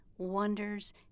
wonders